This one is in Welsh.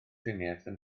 triniaethau